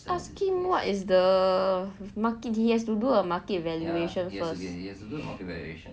ask him what is the market to do a market evaluation first